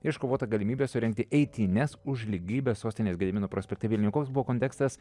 iškovota galimybė surengti eitynes už lygybę sostinės gedimino prospekte vilniuje koks buvo kontekstas